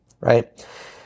right